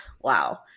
Wow